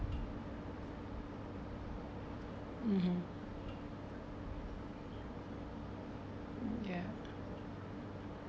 (uh huh) ya